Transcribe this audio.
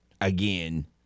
again